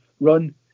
run